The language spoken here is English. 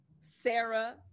Sarah